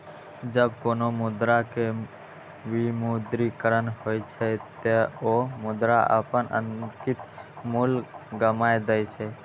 जब कोनो मुद्रा के विमुद्रीकरण होइ छै, ते ओ मुद्रा अपन अंकित मूल्य गमाय दै छै